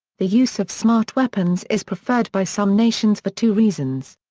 the use of smart weapons is preferred by some nations for two reasons.